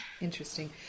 Interesting